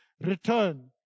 Return